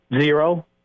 Zero